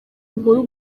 nkuru